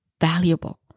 valuable